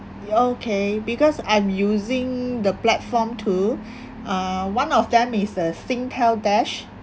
okay because I'm using the platform too uh one of them is the SINGTEL DASH